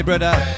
Brother